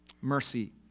Mercy